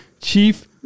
Chief